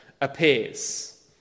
appears